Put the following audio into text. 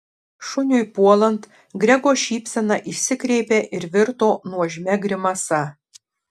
šuniui puolant grego šypsena išsikreipė ir virto nuožmia grimasa